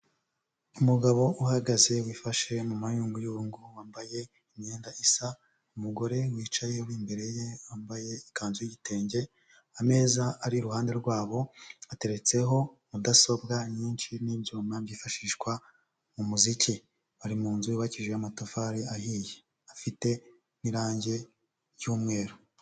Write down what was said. Umugabo uhagaze wifashe mu mayunguyungu wambaye imyenda isa, umugore wicaye imbere ye wambaye ikanzu y'igitenge, ameza ari iruhande rwabo ateretseho mudasobwa nyinshi n'ibyuma byifashishwa mu muziki, bari mu nzu yubakijeho amatafari ahiye afite n'irangi ry'umweru.